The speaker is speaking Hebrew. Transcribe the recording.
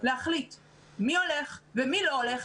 להחליט מי הולך ומי לא הולך,